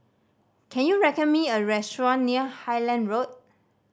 can you me a restaurant near Highland Road